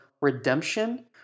redemption